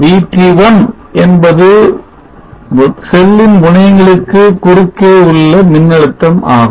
VT1 என்பது முதலாவது செல்லின் முனையங்களுக்கு குறுக்கே உள்ள மின்னழுத்தம் ஆகும்